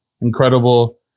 incredible